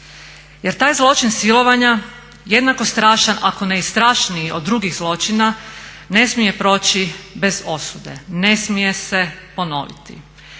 Jer taj zločin silovanja jednako strašan ako ne i strašniji od drugih zločina ne smije proći bez osude, ne smije se ponoviti,